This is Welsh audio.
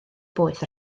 boeth